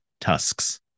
tusks